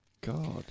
God